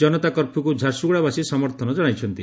ଜନତା କର୍ଫ୍ୟୁକୁ ଝାରସୁଗୁଡ଼ାବାସୀ ସମର୍ଥନ ଜଣାଇଛନ୍ତି